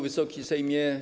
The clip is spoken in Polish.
Wysoki Sejmie!